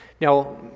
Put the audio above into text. Now